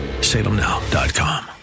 salemnow.com